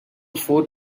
four